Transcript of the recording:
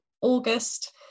august